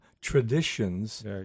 traditions